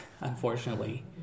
unfortunately